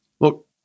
Look